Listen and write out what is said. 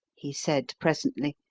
he said presently,